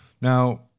Now